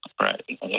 Right